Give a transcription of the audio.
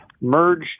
merged